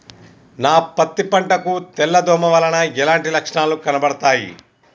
నా పత్తి పంట కు తెల్ల దోమ వలన ఎలాంటి లక్షణాలు కనబడుతాయి?